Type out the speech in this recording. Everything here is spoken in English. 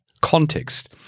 context